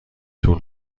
طول